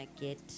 get